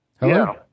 Hello